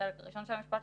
לחלק הראשון של המשפט שלך.